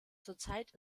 zurzeit